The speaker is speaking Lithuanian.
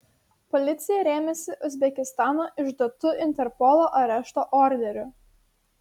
policija rėmėsi uzbekistano išduotu interpolo arešto orderiu